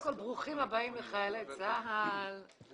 --- ברוכים הבאים לחיילי צה"ל.